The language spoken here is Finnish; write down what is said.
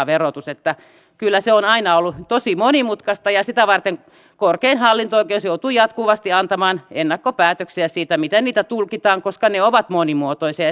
verotus kyllä se on aina ollut tosi monimutkaista ja korkein hallinto oikeus joutuu jatkuvasti antamaan ennakkopäätöksiä siitä miten niitä tulkitaan koska ne ovat monimuotoisia